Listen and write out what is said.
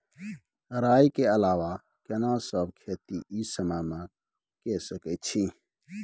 राई के अलावा केना सब खेती इ समय म के सकैछी?